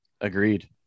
Agreed